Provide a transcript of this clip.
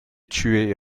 tué